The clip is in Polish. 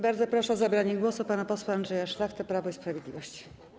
Bardzo proszę o zabranie głosu pana posła Andrzeja Szlachtę, Prawo i Sprawiedliwość.